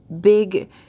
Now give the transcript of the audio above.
big